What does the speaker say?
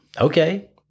okay